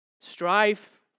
strife